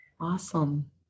Awesome